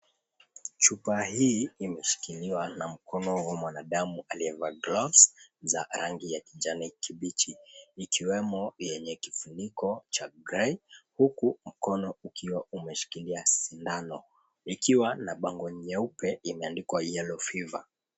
Chupa hii imeshikiliwa na mkono wa mwanadamu aliyevaa gloves za rangi ya kijani kibichi ikiwemo yenye kifuniko cha grey huku mkono ukiwa umeshikilia sindano ikiwa na bango nyeupe imeandikwa Yellow Fever.